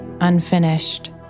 unfinished